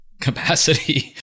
capacity